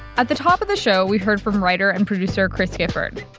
at the top of the show, we heard from writer and producer chris gifford.